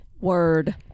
Word